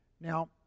Now